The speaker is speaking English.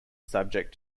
subject